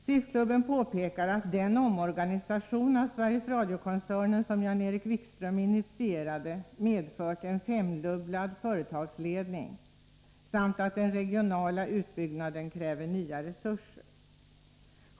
SIF-klubben påpekar att den omorganisation av Sveriges Radio-koncernen som Jan-Erik Wikström initierade medfört en femdubblad företagsledning samt att den regionala utbyggnaden kräver nya resurser.